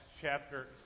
chapter